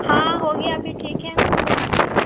हाँ हो गया अभी ठीक है मैं आती हूँ